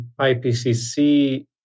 IPCC